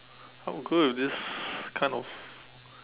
I will go with this kind of